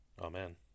Amen